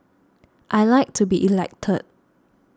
I like to be elected